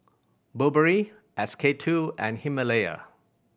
Burberry S K Two and Himalaya